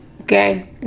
Okay